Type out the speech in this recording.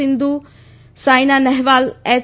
Sindhu Saina Nehwal H